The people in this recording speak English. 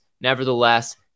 Nevertheless